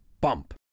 Bump